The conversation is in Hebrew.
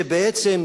שבעצם,